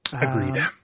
Agreed